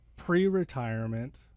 Pre-retirement